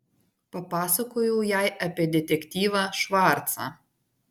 papasakojau jai apie detektyvą švarcą